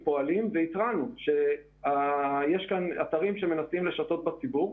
פועלים והתרענו שיש כאן אתרים שמנסים לשטות בציבור.